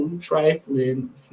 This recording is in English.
trifling